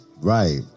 right